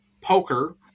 Poker